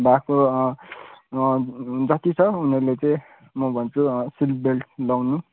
भएको जति छ उनीहरूले चाहिँ म भन्छु सिट बेल्ट लाउनु